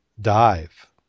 dive